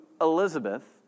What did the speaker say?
Elizabeth